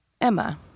Emma